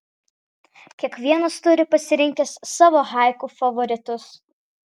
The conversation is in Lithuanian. kiekvienas turi pasirinkęs savo haiku favoritus